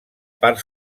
part